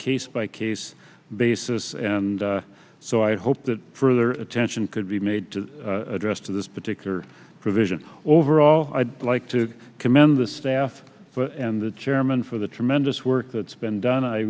case by case basis and so i hope that further attention could be made to address to this particular provision overall i'd like to commend the staff and the chairman for the tremendous work that's been done i